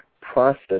process